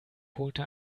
holte